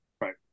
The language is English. right